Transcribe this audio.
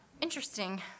Interesting